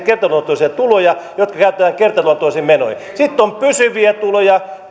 kertaluontoisia tuloja jotka käytetään kertaluontoisiin menoihin sitten on pysyviä tuloja